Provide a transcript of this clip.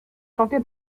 chanté